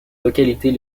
localités